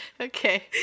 Okay